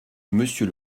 monsieur